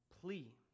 plea